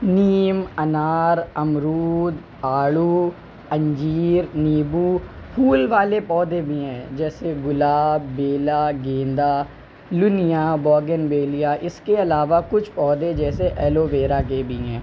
نیم انار امرود آڑو انجیر نیمبو پھول والے پودے بھی ہیں جیسے گلاب بیلا گیندا لنیا بوگن بیلیا اس کے علاوہ کچھ پودے جیسے ایلوویرا کے بھی ہیں